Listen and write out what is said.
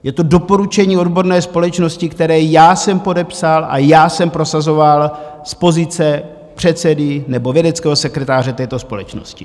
Je to doporučení odborné společnosti, které jsem podepsal a jsem prosazoval z pozice předsedy nebo vědeckého sekretáře této společnosti.